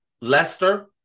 Leicester